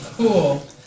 Cool